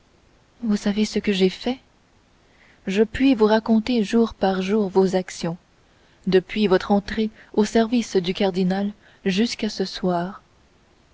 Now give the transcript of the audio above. vous savez ce que j'ai fait je puis vous raconter jour par jour vos actions depuis votre entrée au service du cardinal jusqu'à ce soir